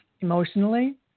Emotionally